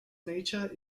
nature